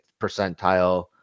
percentile